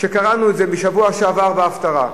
שקראנו בשבוע שעבר בהפטרה.